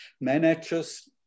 managers